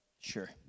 sure